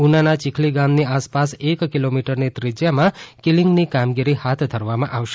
ઉનાના ચિખલી ગામની આસપાસ એક કિલોમીટરની ત્રિજ્યામાં કિલિંગની કામગીરી હાથ ધરવામાં આવશે